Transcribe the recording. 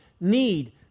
need